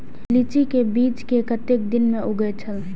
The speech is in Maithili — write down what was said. लीची के बीज कै कतेक दिन में उगे छल?